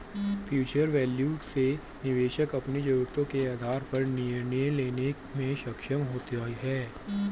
future value से निवेशक अपनी जरूरतों के आधार पर निर्णय लेने में सक्षम होते हैं